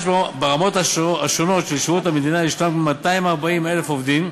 שברמות השונות של שירות המדינה יש כ-240,000 עובדים,